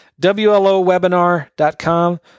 Wlowebinar.com